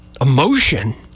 emotion